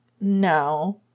no